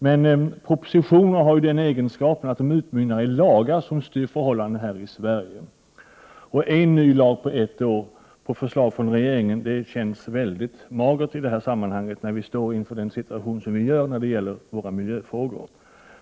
Men propositioner har den egenskapen att de utmynnar i lagar som styr förhållandena här i Sverige. En ny lag på förslag från regeringen på ett år känns väldigt magert i detta sammanhang, när vi står inför den situation som vi gör när det gäller våra miljöfrågor.